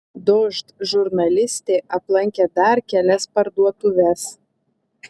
dožd žurnalistė aplankė dar kelias parduotuves